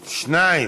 שניים,